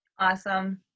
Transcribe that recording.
Awesome